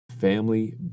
family